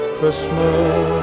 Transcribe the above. Christmas